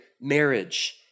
marriage